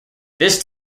this